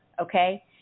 Okay